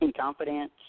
confidence